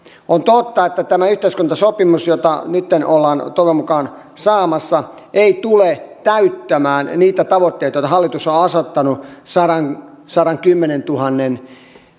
on totta että tämä yhteiskuntasopimus jota nytten ollaan toivon mukaan saamassa ei tule täyttämään niitä tavoitteita joita hallitus on osoittanut sadankymmenentuhannen